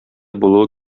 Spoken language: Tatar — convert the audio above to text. булуы